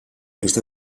este